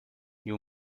you